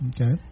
Okay